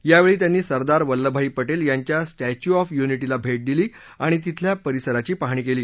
यावेळी त्यांनी सरदार वल्लभभाई पटेल यांच्या स्टॅच्यू ऑफ यूनिटीला भेट दिली आणि तिथल्या परिसराची पाहणी केली